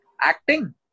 Acting